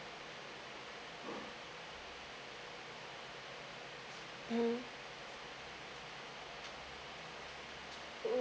um